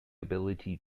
ability